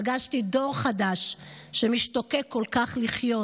/ פגשתי דור חדש / שמשתוקק כל כך לחיות.